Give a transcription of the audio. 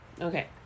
Okay